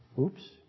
Oops